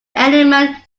element